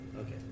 Okay